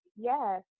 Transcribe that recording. Yes